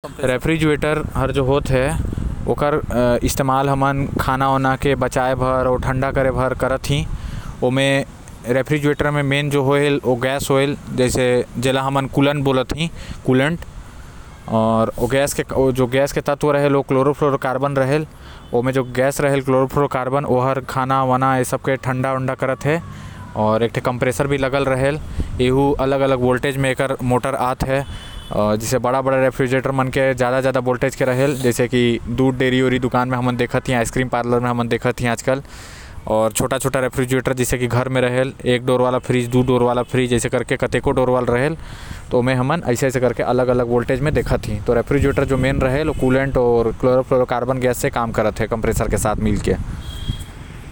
रेफ्रिजरेटर के जो इस्तेमाल हे ओ हमन करते खाना के ठंडा करे म आऊ ओला बचा के रखे। बर आऊ साथ ही साथ लाइका मन के आइसक्रीम भी रख सकत है जेन से ओ पिघलही नो आऊ साथ म ताज़ा रखे बर सब्जी भाजी ल। एकर असली चीज गैस होते जेल कोलन भी बोले जायल।